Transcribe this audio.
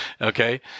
Okay